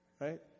Right